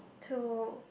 two